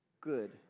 good